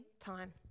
time